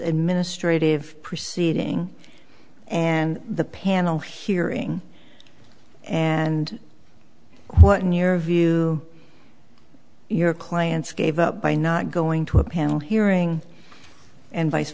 administrate if proceeding and the panel hearing and what in your view your clients gave up by not going to a panel hearing and vice